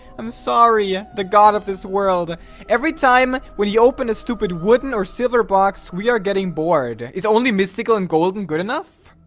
i'm sorry the god of this world everytime when you open a stupid wooden or silver box. we are getting bored. it's only mystical and golden good enough.